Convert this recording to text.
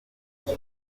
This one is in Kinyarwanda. come